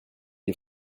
est